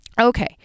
okay